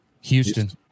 Houston